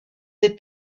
des